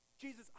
Jesus